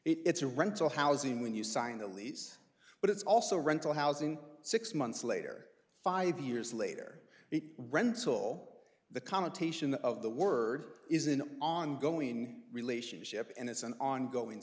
it's a rental housing when you sign the lease but it's also rental housing six months later five years later it rents all the connotation of the word is an ongoing relationship and it's an ongoing